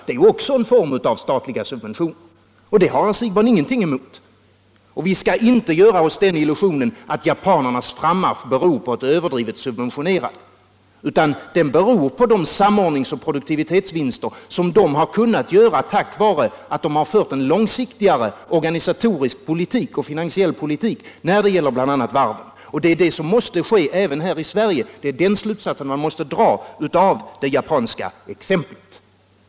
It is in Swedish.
Det är också en form av statliga subventioner och det har herr Siegbahn ingenting emot. Vi skall inte göra oss den illusionen att japanernas frammarsch beror på ett överdrivet subventionerande, utan den beror på de samordningsoch produktivitetsvinster som de har kunnat göra tack vare att de har fört en långsiktigare organisatorisk och finansiell politik när det gäller bl.a. varven. Det är det som måste ske även i Sverige. Det är den slutsatsen man måste dra av det japanska exemplet.